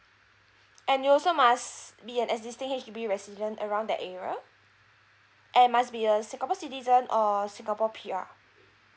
and you also must be an existing H_D_B resident around that area and must be a singapore citizen or singapore P_R